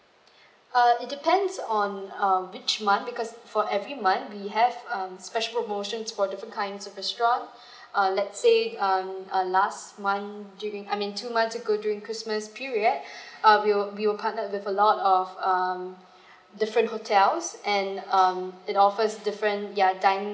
uh it depends on um which month because for every month we have um special promotions for different kinds of restaurants err let's say um err last month during I mean two months ago during christmas period uh we will we will partner with a lot of um different hotels and um it offers different yeah dining